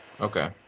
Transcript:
Okay